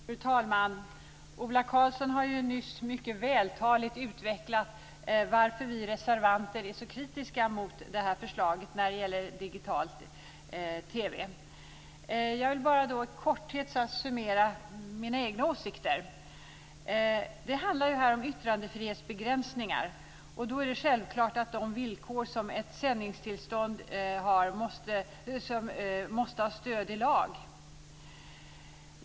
Fru talman! Ola Karlsson har nyss mycket vältaligt utvecklat varför vi reservanter är så kritiska mot förslaget om digital TV. Jag vill bara i korthet summera mina egna åsikter. Det handlar här om yttrandefrihetsbegränsningar. Då är det självklart att de villkor som ett sändningstillstånd har måste ha stöd i lag.